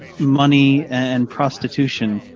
money and prostitution.